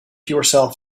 yourself